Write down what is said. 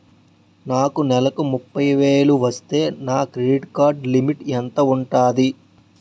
నాకు నెలకు ముప్పై వేలు వస్తే నా క్రెడిట్ కార్డ్ లిమిట్ ఎంత ఉంటాది?